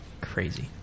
Crazy